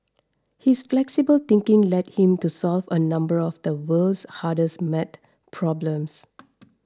his flexible thinking led him to solve a number of the world's hardest math problems